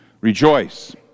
Rejoice